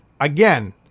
Again